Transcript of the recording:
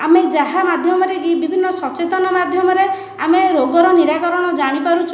ଆମେ ଯାହା ମାଧ୍ୟମରେ କି ବିଭିନ୍ନ ସଚେତନ ମାଧ୍ୟମରେ ଆମେ ରୋଗର ନିରାକରଣ ଜାଣିପାରୁଛୁ